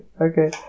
Okay